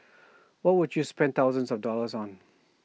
what would you spend thousands of dollars on